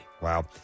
Wow